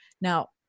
Now